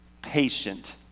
patient